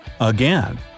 again